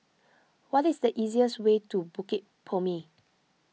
what is the easiest way to Bukit Purmei